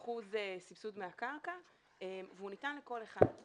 90% סבסוד מהקרקע והוא ניתן לכל אחד.